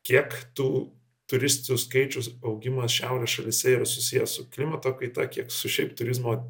kiek tu turistų skaičiaus augimas šiaurės šalyse yra susiję su klimato kaita kiek su šiaip turizmo